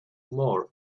more